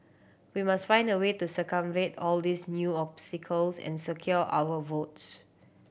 we must find a way to circumvent all these new obstacles and secure our votes